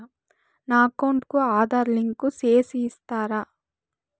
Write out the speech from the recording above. నా అకౌంట్ కు ఆధార్ లింకు సేసి ఇస్తారా?